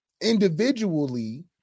individually